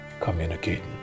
communicating